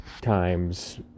times